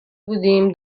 بودیم